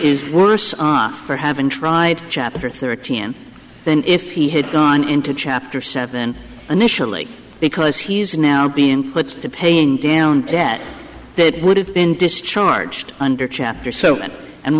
is worse for haven't tried chapter thirteen than if he had gone into chapter seven initially because he's now being put to paying down debt that would have been discharged under chapter seven and